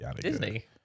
Disney